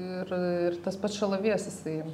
ir ir tas pats šalavijas jisai